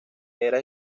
era